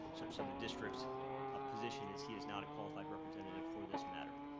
so the district's position is, he is not a qualified representative for this matter.